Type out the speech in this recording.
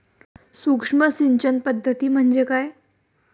सूक्ष्म सिंचन पद्धती म्हणजे काय?